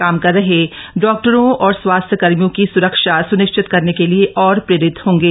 काम कर रहे डॉक्टरों और स्वास्थ्यकर्मियों की स्रक्ष स्निश्चित करने के लिए और प्रेरित होंगे